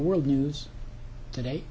world news today